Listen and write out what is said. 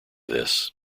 this